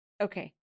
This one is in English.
Okay